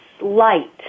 light